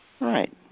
Right